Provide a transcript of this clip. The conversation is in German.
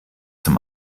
zum